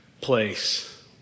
place